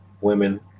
women